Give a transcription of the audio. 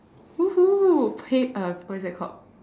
!woohoo! pay uh what is that called